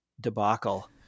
debacle